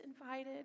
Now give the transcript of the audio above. invited